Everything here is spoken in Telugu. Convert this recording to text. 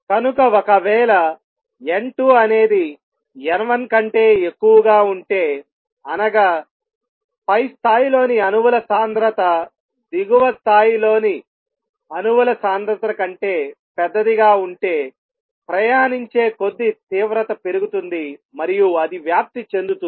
కనుక ఒకవేళ n2 అనేది n1 కంటే ఎక్కువగా ఉంటే అనగా పై స్థాయిలోని అణువుల సాంద్రత దిగువ స్థాయిలోని అణువుల సాంద్రత కంటే పెద్దది గా ఉంటే ప్రయాణించే కొద్ది తీవ్రత పెరుగుతుంది మరియు అది వ్యాప్తి చెందుతుంది